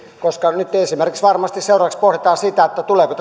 koska varmasti seuraavaksi pohditaan esimerkiksi sitä tuleeko